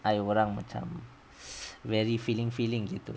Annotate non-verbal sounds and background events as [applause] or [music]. I orang macam [noise] very feeling feeling begitu